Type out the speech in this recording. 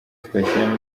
twashyiramo